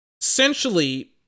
Essentially